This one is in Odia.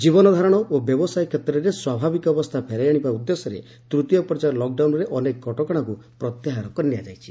ଜୀବନ ଧାରଣ ଓ ବ୍ୟବସାୟ କ୍ଷେତ୍ରରେ ସ୍ୱାଭାବିକ ଅବସ୍ଥା ଫେରାଇ ଆଶିବା ଉଦ୍ଦେଶ୍ୟରେ ତୃତୀୟ ପର୍ଯ୍ୟାୟ ଲକ୍ଡାଉନରେ ଅନେକ କଟକଣାକୁ ପ୍ରତ୍ୟାହାର କରିନିଆଯାଇଛି